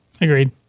Agreed